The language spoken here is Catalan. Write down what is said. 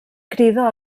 crida